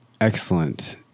Excellent